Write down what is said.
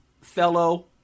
fellow